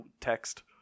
text